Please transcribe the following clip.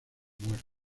muerto